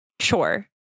sure